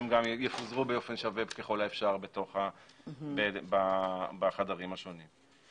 הם יפוזרו באופן שווה ככל האפשר בחדרים השונים.